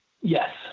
Yes